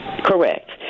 Correct